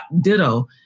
ditto